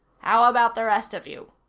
how about the rest of you?